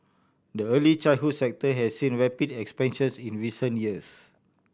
the early childhood sector has seen rapid expansions in recent years